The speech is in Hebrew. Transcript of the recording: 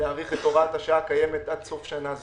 להאריך את הוראת השעה הקיימת עד סוף שנה זו.